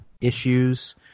issues